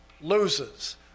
loses